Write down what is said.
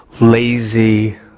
lazy